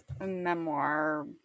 memoir